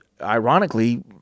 ironically